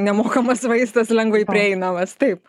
nemokamas vaistas lengvai prieinamas taip